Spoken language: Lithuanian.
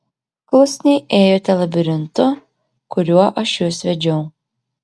klusniai ėjote labirintu kuriuo aš jus vedžiau